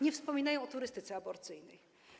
Nie wspominają o turystyce aborcyjnej.